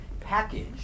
package